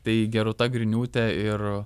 tai gerūta griniūtė ir